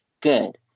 good